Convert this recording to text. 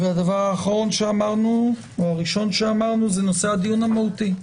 והדבר האחרון שאמרנו או הראשון זה נושא הדיון המהותי.